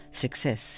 success